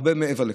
הרבה מעבר לכך.